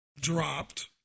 dropped